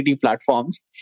platforms